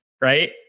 right